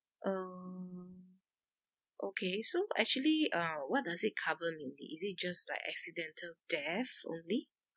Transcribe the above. um okay so actually uh what does it cover mainly is it just like accidental death only